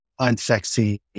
unsexy